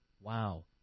wow